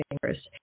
fingers